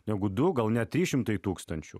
negu du gal net trys šimtai tūkstančių